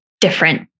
different